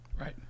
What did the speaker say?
Right